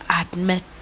admit